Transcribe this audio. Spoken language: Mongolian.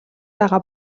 байгаа